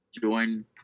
join